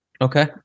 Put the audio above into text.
okay